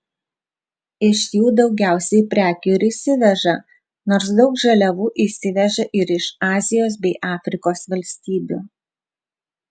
iš jų daugiausiai prekių ir įsiveža nors daug žaliavų įsiveža ir iš azijos bei afrikos valstybių